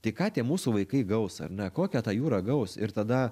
tai ką tie mūsų vaikai gaus ar ne kokią tą jūrą gaus ir tada